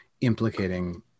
implicating